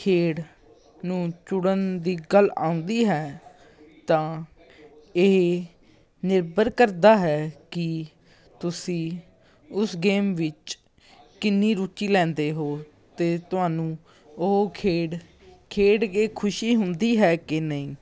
ਖੇਡ ਨੂੰ ਚੁਣਨ ਦੀ ਗੱਲ ਆਉਂਦੀ ਹੈ ਤਾਂ ਇਹ ਨਿਰਭਰ ਕਰਦਾ ਹੈ ਕਿ ਤੁਸੀਂ ਉਸ ਗੇਮ ਵਿੱਚ ਕਿੰਨੀ ਰੁਚੀ ਲੈਂਦੇ ਹੋ ਅਤੇ ਤੁਹਾਨੂੰ ਉਹ ਖੇਡ ਖੇਡ ਕੇ ਖੁਸ਼ੀ ਹੁੰਦੀ ਹੈ ਕਿ ਨਹੀਂ